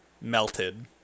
melted